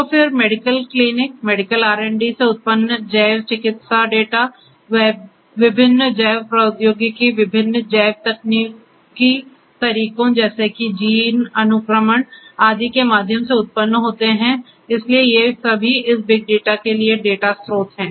तो फिर medical clinic medical RD से उत्पन्न जैव चिकित्सा डेटा विभिन्न जैव प्रौद्योगिकीय विभिन्न जैव तकनीकी तरीकों जैसे कि जीन अनुक्रमण आदि के माध्यम से उत्पन्न होते हैं इसलिए ये सभी इस बिग डेटा के लिए डेटा स्रोत हैं